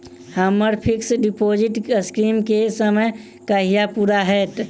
हम्मर fixed deposit scheme केँ समय कहिया पूरा हैत?